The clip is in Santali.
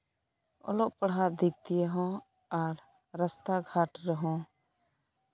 ᱚᱞᱚᱜ ᱯᱟᱲᱦᱟᱜ ᱫᱤᱠ ᱫᱤᱭᱮ ᱦᱚᱸ ᱟᱨ ᱨᱟᱥᱛᱟ ᱜᱷᱟᱴ ᱨᱮᱦᱚᱸ